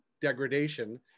degradation